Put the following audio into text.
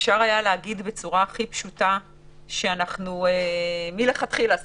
אפשר היה להגיד בצורה הכי פשוט שמלכתחילה אנחנו